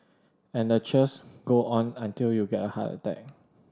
and the cheers go on until you get a heart attack